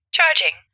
Charging